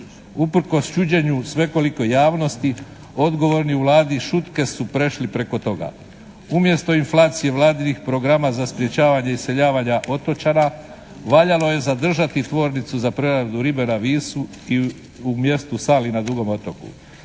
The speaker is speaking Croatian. Usprkos čuđenju, svekolikoj javnosti odgovorni u Vladi šutke su prešli preko toga. Umjesto inflacije vladinih programa za sprečavanje iseljavanja otočana valjalo je zadržati tvornicu za preradu ribe na Visu i u mjestu Sali na Dugom otoku.